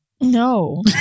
No